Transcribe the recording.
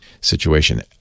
situation